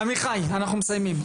עמיחי אנחנו מסיימים,